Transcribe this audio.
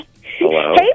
Hello